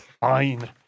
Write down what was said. fine